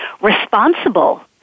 responsible